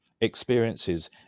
experiences